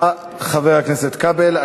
לחבר הכנסת כבל.